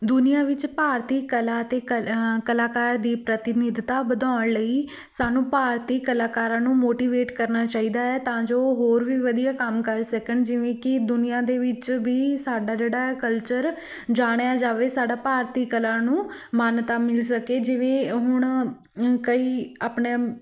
ਦੁਨੀਆ ਵਿੱਚ ਭਾਰਤੀ ਕਲਾ ਅਤੇ ਕਲ ਕਲਾਕਾਰ ਦੀ ਪ੍ਰਤਿਨਿਧਤਾ ਵਧਾਉਣ ਲਈ ਸਾਨੂੰ ਭਾਰਤੀ ਕਲਾਕਾਰਾਂ ਨੂੰ ਮੋਟੀਵੇਟ ਕਰਨਾ ਚਾਹੀਦਾ ਹੈ ਤਾਂ ਜੋ ਹੋਰ ਵੀ ਵਧੀਆ ਕੰਮ ਕਰ ਸਕਣ ਜਿਵੇਂ ਕਿ ਦੁਨੀਆ ਦੇ ਵਿੱਚ ਵੀ ਸਾਡਾ ਜਿਹੜਾ ਕਲਚਰ ਜਾਣਿਆ ਜਾਵੇ ਸਾਡਾ ਭਾਰਤੀ ਕਲਾ ਨੂੰ ਮਾਨਤਾ ਮਿਲ ਸਕੇ ਜਿਵੇਂ ਹੁਣ ਕਈ ਆਪਣੇ